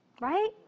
right